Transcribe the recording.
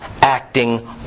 acting